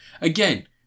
again